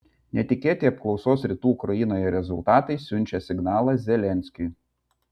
netikėti apklausos rytų ukrainoje rezultatai siunčia signalą zelenskiui